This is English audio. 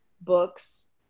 books